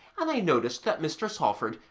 and i noticed that mr. salford,